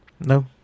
No